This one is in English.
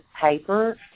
paper